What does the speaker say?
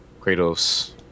Kratos